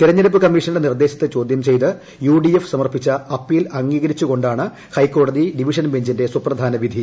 തിരഞ്ഞെടുപ്പ് കമ്മീഷന്റെ നിർദ്ദേശത്തെ ചോദ്യം ചെയ്ത് യു ഡി എഫ് സമർപ്പിച്ച അപ്പീൽ അംഗീകരിച്ച് കൊണ്ടാണ് ഹൈക്കോടതി ഡിവിഷൻ ബഞ്ചിന്റെ സുപ്രധാന വിധി